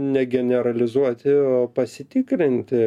ne generalizuoti o pasitikrinti